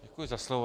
Děkuji za slovo.